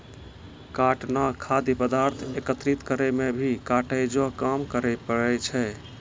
काटना खाद्य पदार्थ एकत्रित करै मे भी काटै जो काम पड़ै छै